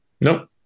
Nope